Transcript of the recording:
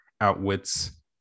outwits